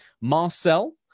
Marcel